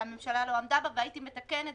והייתי מתקנת